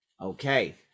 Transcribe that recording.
okay